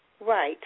Right